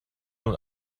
nun